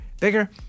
bigger